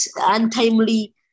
untimely